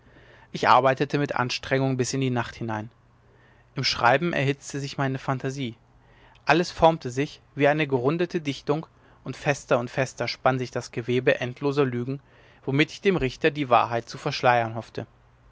ich arbeitete mit anstrengung bis in die nacht hinein im schreiben erhitzte sich meine phantasie alles formte sich wie eine gerundete dichtung und fester und fester spann sich das gewebe endloser lügen womit ich dem richter die wahrheit zu verschleiern hoffte